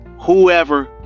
whoever